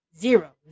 zero